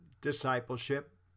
discipleship